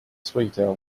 sweeter